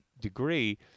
degree